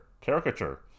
Caricature